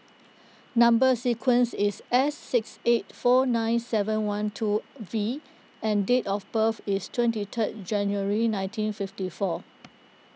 Number Sequence is S six eight four nine seven one two V and date of birth is twenty third January nineteen fifty four